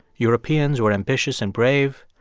europeans were ambitious and brave,